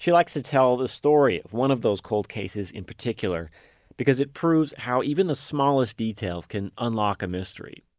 she likes to tell the story of one those cold cases in particular because it proves how even the smallest detail can unlock a mystery